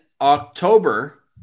October